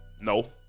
No